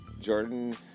Jordan